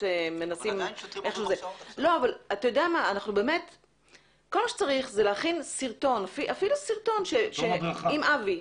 כל מה שצריך זה להכין סרטון, עם אבי,